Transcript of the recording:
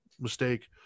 mistake